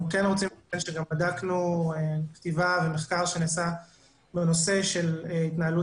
אנחנו כן רוצים להגיד שגם בדקנו כתיבה ומחקר שנעשה בנושא של התנהלות